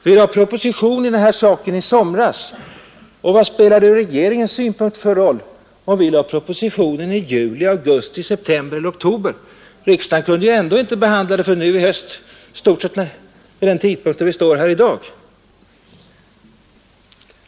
Vi framlade proposition i den här saken i somras, och vad spelar det ur regeringens synpunkt för roll om vi har framlagt propositionen i juli, augusti, september eller oktober? Riksdagen kunde ju ändå inte behandla frågan förrän nu i höst, i stort sett vid den tidpunkt när vi nu behandlar den.